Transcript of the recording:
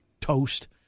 toast